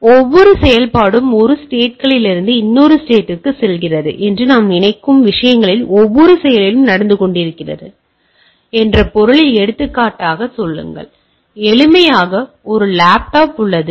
எனவே ஒவ்வொரு செயல்பாடும் ஒரு ஸ்டேட்களிலிருந்து இன்னொரு ஸ்டேட்ற்குச் செல்கிறது என்று நாம் நினைக்கும் விஷயங்களில் ஒவ்வொரு செயலும் நடந்து கொண்டிருக்கிறது என்ற பொருளில் எடுத்துக்காட்டாக சொல்லுங்கள் எளிமைக்காக எனக்கு ஒரு லேப்டாப் உள்ளது